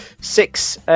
six